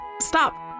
stop